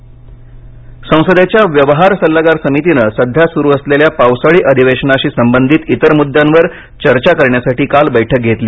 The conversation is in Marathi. बैठक संसदेच्या व्यवहार सल्लागार समितींन सध्या सुरू असलेल्या पावसाळी अधिवेशनाशी संबंधित इतर मुद्द्यांवर चर्चा करण्यासाठी काल बैठक घेतली